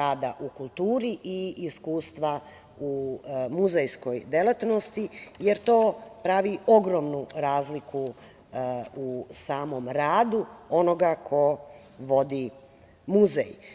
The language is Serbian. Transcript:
rada u kulturi i iskustva u muzejskoj delatnosti, jer to pravi ogromnu razliku u samom radu onoga ko vodi muzej.